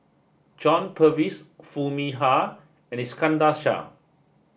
John Purvis Foo Mee Har and Iskandar Shah